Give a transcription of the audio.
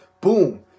Boom